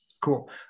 Cool